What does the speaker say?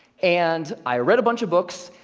and i read a bunch of books,